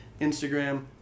Instagram